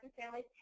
families